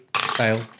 fail